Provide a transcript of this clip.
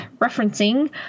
referencing